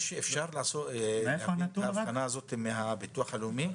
אפשר לעשות את האבחנה הזאת על פי נתוני הביטוח הלאומי?